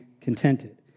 contented